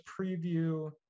preview